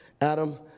Adam